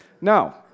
Now